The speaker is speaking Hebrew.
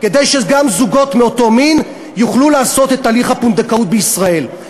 כדי שגם זוגות מאותו מין יוכלו לעשות את תהליך הפונדקאות בישראל.